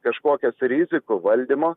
kažkokias rizikų valdymo